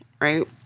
right